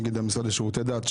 נגד המשרד לשירותי דת,